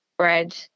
bread